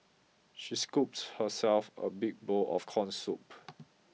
she scooped herself a big bowl of corn soup